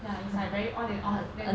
ya it's like very on and off then like